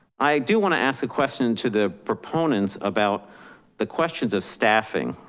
i do want to ask a question to the proponents about the questions of staffing,